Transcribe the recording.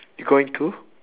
you going to